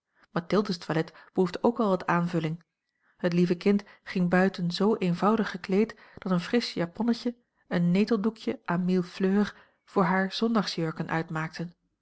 mathilde's toilet behoeft ook wel wat aanvulling het lieve kind ging buiten zoo eenvoudig gekleed dat een frisch jaconetje een neteldoekje à mille fleurs voor haar zondagsjurken uitmaakten